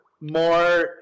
more